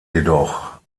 jedoch